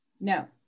No